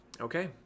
Okay